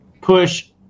push